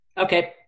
Okay